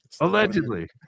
Allegedly